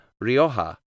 Rioja